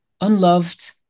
unloved